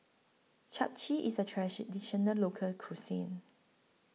Chap Chai IS A Local Cuisine